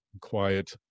quiet